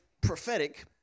prophetic